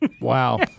Wow